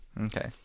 Okay